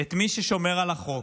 את מי ששומר על החוק,